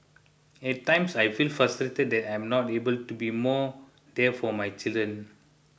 at times I feel frustrated that I am not able to be more there for my children